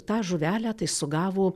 tą žuvelę tai sugavo